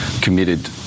committed